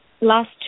last